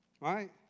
Right